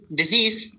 disease